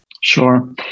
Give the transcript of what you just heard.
sure